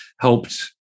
helped